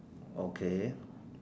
okay